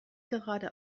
gerade